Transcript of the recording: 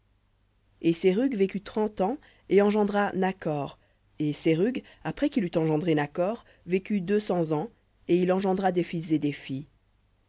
et serug vécut trente ans et engendra nakhor et serug après qu'il eut engendré nakhor vécut deux cents ans et il engendra des fils et des filles